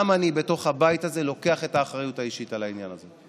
גם אני בתוך הבית הזה לוקח את האחריות האישית על העניין הזה,